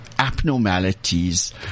Abnormalities